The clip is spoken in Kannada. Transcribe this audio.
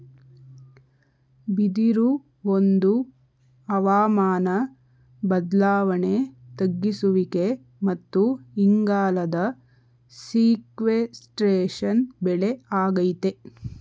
ಬಿದಿರು ಒಂದು ಹವಾಮಾನ ಬದ್ಲಾವಣೆ ತಗ್ಗಿಸುವಿಕೆ ಮತ್ತು ಇಂಗಾಲದ ಸೀಕ್ವೆಸ್ಟ್ರೇಶನ್ ಬೆಳೆ ಆಗೈತೆ